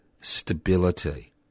stability